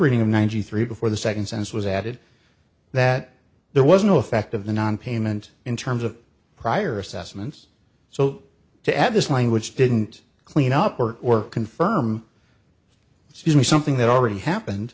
reading of ninety three before the second sense was added that there was no effect of the nonpayment in terms of prior assessments so to add this language didn't clean up work or confirm it's usually something that already happened